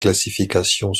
classifications